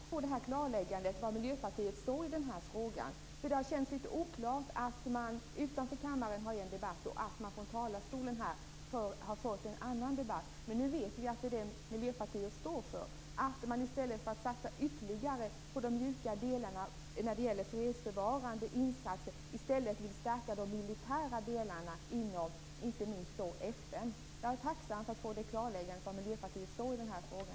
Herr talman! Det var bra att jag fick ett klarläggande om var Miljöpartiet står i den här frågan. Det har känts litet oklart när man utanför kammaren har fört en debatt och från talarstolen här har fört en annan debatt. Men nu vet vi vad Miljöpartiet står för, att man i stället för att satsa ytterligare på de mjuka delarna när det gäller fredsbevarande insatser vill stärka de militära delarna inom inte minst FN. Jag är tacksam över att jag har fått det här klarläggandet om var Miljöpartiet står i den här frågan.